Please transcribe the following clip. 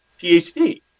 PhD